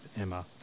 Emma